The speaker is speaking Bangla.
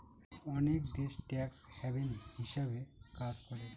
অনেক দেশ ট্যাক্স হ্যাভেন হিসাবে কাজ করে